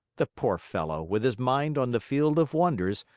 the poor fellow, with his mind on the field of wonders,